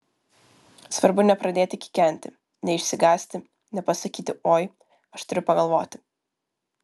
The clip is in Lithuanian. svarbu nepradėti kikenti neišsigąsti nepasakyti oi aš turiu pagalvoti